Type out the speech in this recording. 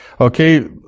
Okay